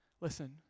Listen